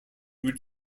would